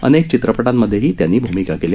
अनेक चित्रपटांमधेही त्यांनी भूमिका केल्या